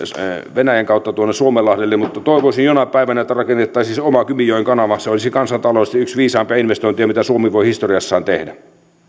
venäjän kautta suomenlahdelle mutta toivoisin että jonain päivänä rakennettaisiin oma kymijoen kanava se olisi kansantaloudellisesti yksi viisaimpia investointeja mitä suomi voi historiassaan tehdä